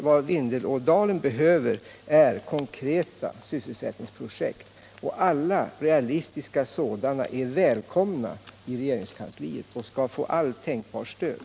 Vad Vindelådalen behöver är konkreta sysselsättningsprojekt, och alla realistiska sådana är välkomna i regeringskansliet och skall få allt tänkbart stöd.